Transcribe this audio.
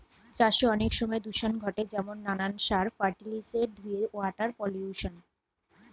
চাষে অনেক সময় দূষণ ঘটে যেমন নানান সার, ফার্টিলিসের ধুয়ে ওয়াটার পলিউশন